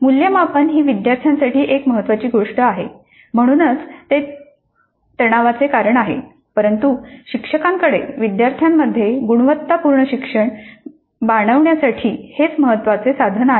मूल्यमापन ही विद्यार्थ्यांसाठी एक महत्वाची गोष्ट आहे म्हणूनच ते तणावाचे कारण आहे परंतु शिक्षकांकडे विद्यार्थ्यांमध्ये गुणवत्तापूर्ण शिक्षण बाणवण्यासाठी हेच एकमेव साधन आहे